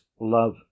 love